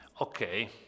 Okay